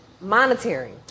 monetary